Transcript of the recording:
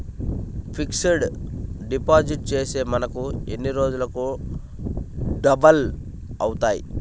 Fixed deposit చేస్తే మనకు ఎన్ని రోజులకు డబల్ అవుతాయి?